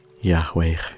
Yahweh